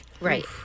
Right